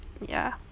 ya